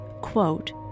quote